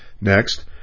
Next